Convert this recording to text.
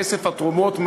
כסף התרומות,